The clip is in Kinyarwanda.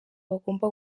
bagomba